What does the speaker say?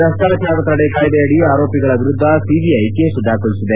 ಭ್ರಷ್ಲಾಚಾರ ತಡೆ ಕಾಯ್ದೆಯಡಿ ಆರೋಪಿಗಳ ವಿರುದ್ದ ಸಿಬಿಐ ಕೇಸು ದಾಖಲಿಸಿದೆ